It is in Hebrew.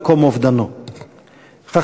להשתתף בה,